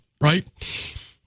right